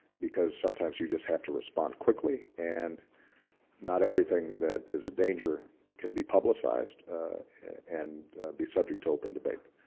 because sometimes you just have to respond quickly and not everything that is a danger can be publicized and be subject to open debate.